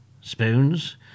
Spoons